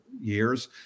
years